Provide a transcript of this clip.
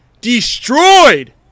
destroyed